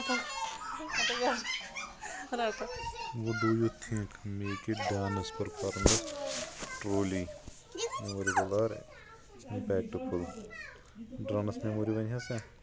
رَٹوٗ what do you think make a dance performance truly memorable or impactful dance memory وَنۍ ہسا